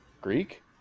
Greek